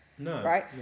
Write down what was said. Right